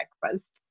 breakfast